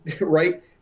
Right